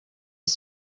was